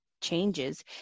changes